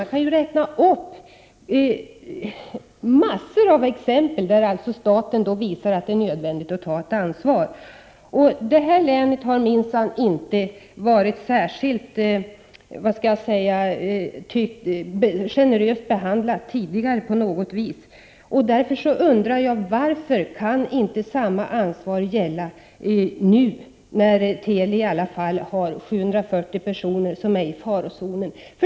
Jag kan räkna upp väldigt många exempel på att staten har visat att det är nödvändigt att ha ansvar för arbetsmarknadssituationen. Västernorrlands län har minsann inte på något vis fått en särskild generös behandling tidigare. Jag undrar: Varför kan inte samma ansvar gälla nu då Teli i alla fall har 740 anställda som är i farozonen?